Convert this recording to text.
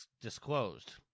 disclosed